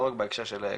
לא רק בהקשר של קנאביס.